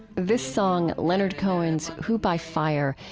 this song, leonard cohen's who by fire,